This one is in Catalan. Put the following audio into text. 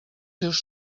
seus